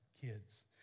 kids